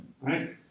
right